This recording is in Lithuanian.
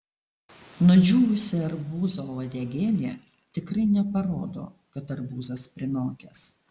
nudžiūvusi arbūzo uodegėlė tikrai neparodo kad arbūzas prinokęs